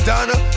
Donna